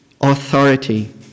authority